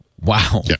Wow